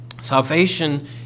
Salvation